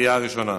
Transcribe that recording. בקריאה ראשונה.